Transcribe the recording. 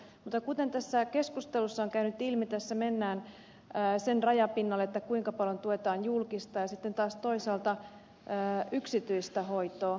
mutta kuten tässä keskustelussa on käynyt ilmi tässä mennään sille rajapinnalle kuinka paljon tuetaan julkista ja sitten taas toisaalta yksityistä hoitoa